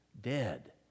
Dead